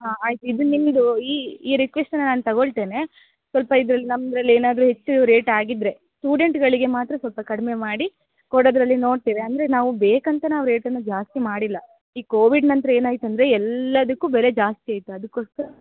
ಹಾಂ ಆಯಿತು ಇದು ನಿಮ್ಮದು ಈ ಈ ರಿಕ್ವೆಸ್ಟನ್ನ ನಾನು ತಗೊಳ್ತೇನೆ ಸ್ವಲ್ಪ ಇದ್ರಲ್ಲಿ ನಮ್ದ್ರಲ್ಲಿ ಏನಾದರೂ ಹೆಚ್ಚು ರೇಟಾಗಿದ್ದರೆ ಸ್ಕೂಡೆಂಟ್ಗಳಿಗೆ ಮಾತ್ರ ಸ್ವಲ್ಪ ಕಡಿಮೆ ಮಾಡಿ ಕೊಡೋದರಲ್ಲಿ ನೋಡ್ತೇವೆ ಅಂದರೆ ನಾವು ಬೇಕಂತ ನಾವು ರೇಟನ್ನು ಜಾಸ್ತಿ ಮಾಡಿಲ್ಲ ಈ ಕೋವಿಡ್ ನಂತರ ಏನಾಯ್ತು ಅಂದರೆ ಎಲ್ಲದಕ್ಕೂ ಬೆಲೆ ಜಾಸ್ತಿ ಆಯ್ತು ಅದಕ್ಕೋಸ್ಕರ